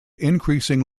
increasing